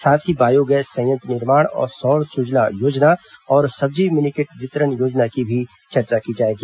साथ ही बायोगैस संयंत्र निर्माण सौर सुजला योजना और सब्जी मिनीकट वितरण योजना की भी चर्चा की जाएगी